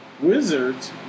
Wizards